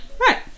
Right